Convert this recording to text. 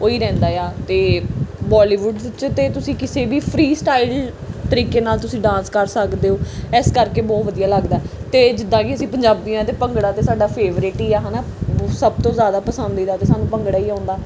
ਉਹੀ ਰਹਿੰਦਾ ਆ ਅਤੇ ਬੋਲੀਵੁੱਡ 'ਚ ਜੇ ਤੁਸੀਂ ਕਿਸੇ ਵੀ ਫਰੀ ਸਟਾਈਲ ਤਰੀਕੇ ਨਾਲ ਤੁਸੀਂ ਡਾਂਸ ਕਰ ਸਕਦੇ ਹੋ ਇਸ ਕਰਕੇ ਬਹੁਤ ਵਧੀਆ ਲੱਗਦਾ ਅਤੇ ਜਿੱਦਾਂ ਕਿ ਅਸੀਂ ਪੰਜਾਬੀ ਹਾਂ ਅਤੇ ਭੰਗੜਾ ਤਾਂ ਸਾਡਾ ਫੇਵਰੇਟ ਹੀ ਆ ਹੈ ਨਾ ਬੁ ਸਭ ਤੋਂ ਜ਼ਿਆਦਾ ਪਸੰਦੀਦਾ ਤਾਂ ਸਾਨੂੰ ਭੰਗੜਾ ਹੀ ਆਉਂਦਾ